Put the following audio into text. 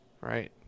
Right